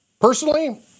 Personally